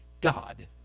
god